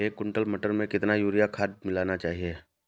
एक कुंटल मटर में कितना यूरिया खाद मिलाना चाहिए?